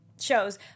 shows